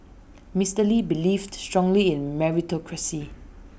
Mister lee believed strongly in meritocracy